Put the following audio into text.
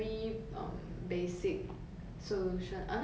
one idea would be one example that they gave would be